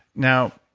now,